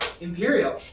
Imperial